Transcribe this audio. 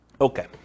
Okay